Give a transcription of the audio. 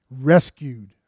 Rescued